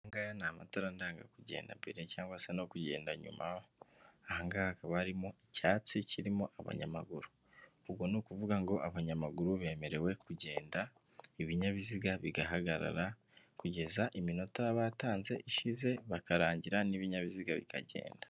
Aya ngaya ni amatara ndanga kugenda mbere cyangwa se no kugenda nyuma, aha ngaha hakaba harimo icyatsi kirimo abanyamaguru. Ubwo ni ukuvuga ngo abanyamaguru bemerewe kugenda, ibinyabiziga bigahagarara, kugeza iminota baba batanze ishize bakarangira n'ibinyabiziga bikagenda.